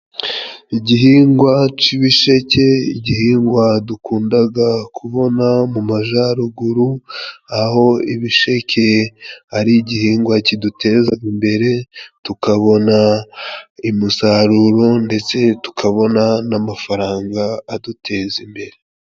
Igihingwa c'ibisheke , igihingwa dukundaga kubona mu Majaruguru , aho ibisheke ari igihingwa kidutezaga imbere tukabona umusaruro ndetse tukabona n'amafaranga aduteza imbere.